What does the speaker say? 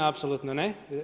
Apsolutno ne.